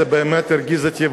זה באמת הרגיז אותי,